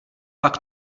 pak